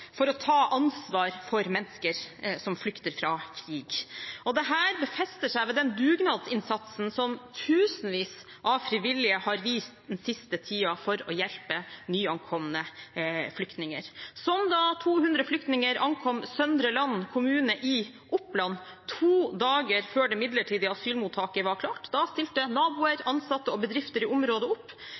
for å ta ansvar for mennesker som flykter fra krig. Dette befester seg ved den dugnadsinnsatsen som tusenvis av frivillige har vist den siste tiden for å hjelpe nyankomne flyktninger, som da 200 flyktninger ankom Søndre Land kommune i Oppland to dager før det midlertidige asylmottaket var klart. Da stilte naboer, ansatte og bedrifter i området opp.